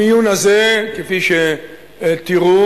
המיון הזה, כפי שתראו,